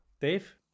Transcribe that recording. Dave